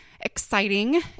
exciting